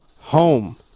home